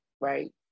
Right